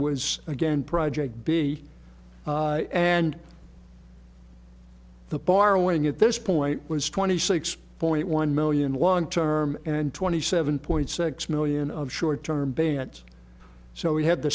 was again project b and the borrowing at this point was twenty six point one million long term and twenty seven point six million of short term beignets so we